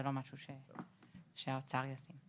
זה לא משהו שהאוצר ישים.